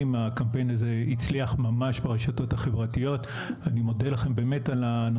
היא כבר הגיעה לתחנת משטרה,